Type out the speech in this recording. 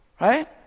Right